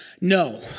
no